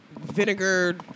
vinegar